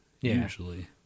usually